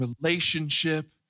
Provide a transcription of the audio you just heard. relationship